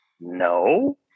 no